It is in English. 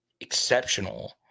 exceptional